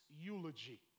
eulogy